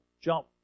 jump